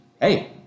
hey